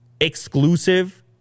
exclusive